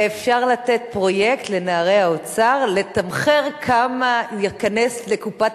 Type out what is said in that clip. ואפשר לתת פרויקט לנערי האוצר לתמחר כמה ייכנס לקופת